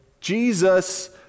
Jesus